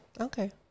Okay